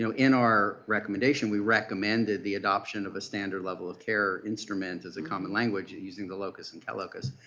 so in our recommendation, we recommended the adoption of a standard level of care instrument as a common language using the locus and calocus.